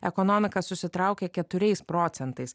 ekonomika susitraukė keturiais procentais